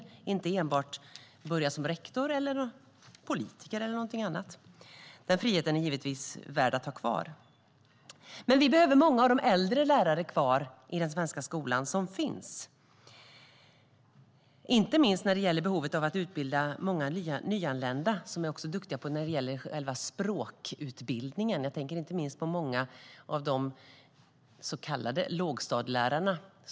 Det ska inte enbart vara att börja som rektor, politiker eller någonting annat, men den friheten är givetvis värd att ha kvar. Vi behöver ha kvar många av de äldre lärarna som finns i den svenska skolan. Det gäller inte minst behovet att utbilda många nyanlända. De är lärare som är duktiga på själva språkutbildningen. Jag tänker inte minst på många av de så kallade lågstadielärarna.